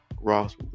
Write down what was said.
Ross